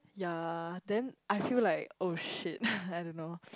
ya then I feel like oh shit I don't know